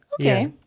okay